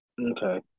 Okay